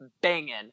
banging